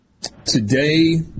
Today